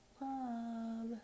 love